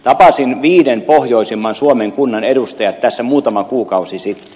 tapasin viiden pohjoisimman suomen kunnan edustajat tässä muutama kuukausi sitten